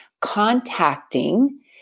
contacting